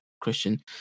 Christian